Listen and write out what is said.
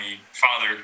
father